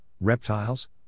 reptiles